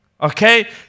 okay